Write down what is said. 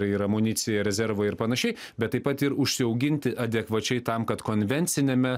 ir amuniciją rezervą ir panašiai bet taip pat ir užsiauginti adekvačiai tam kad konvenciniame